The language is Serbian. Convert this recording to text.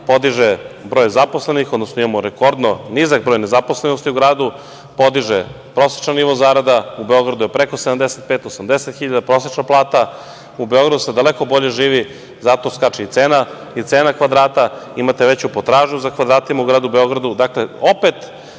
podiže broj zaposlenih, imamo rekordno nizak broj nezaposlenosti u gradu, podiže prosečan nivo zarada, u Beogradu je preko 75, 80 hiljada prosečna plata, u Beogradu se daleko bolje živi i zato i skače cena kvadrata. Imate veću potražnju za kvadratima u gradu Beogradu. Dakle, opet